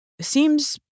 seems